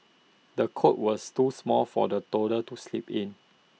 the cot was too small for the toddler to sleep in